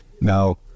now